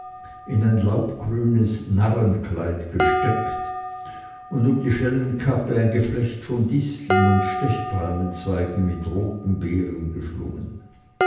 in ein laubgrünes narrenkleid gesteckt und um die schellenkappe ein geflecht von disteln und stechpalmzweigen mit roten beeren geschlungen